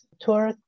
tour